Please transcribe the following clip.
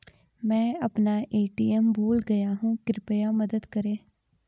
मैं अपना ए.टी.एम भूल गया हूँ, कृपया मदद करें